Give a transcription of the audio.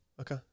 okay